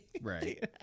Right